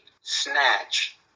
snatch